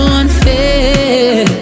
unfair